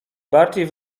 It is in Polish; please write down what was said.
bardziej